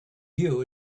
you